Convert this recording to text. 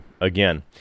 again